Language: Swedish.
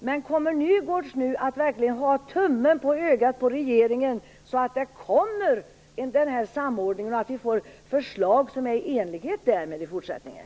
Men kommer Nygårds nu verkligen att hålla tummen på ögat på regeringen, så att samordningen kommer till stånd och så att vi får förslag som är i enlighet därmed i fortsättningen?